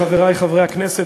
חברי חברי הכנסת,